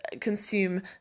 consume